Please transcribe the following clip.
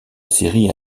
série